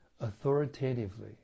authoritatively